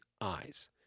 eyes